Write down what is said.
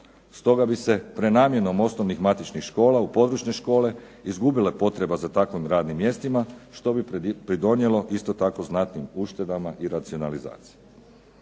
Stoga bi se prenamjenom osnovnih matičnih škola u područne škole izgubila potreba za takvim radnim mjestima što bi pridonijelo isto tako znatnim uštedama i racionalizaciji.